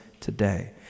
today